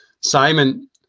Simon